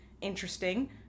interesting